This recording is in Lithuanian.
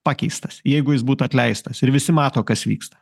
pakeistas jeigu jis būtų atleistas ir visi mato kas vyksta